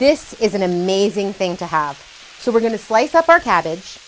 this is an amazing thing to have so we're going to slice up our cabbage